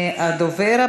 הדוברת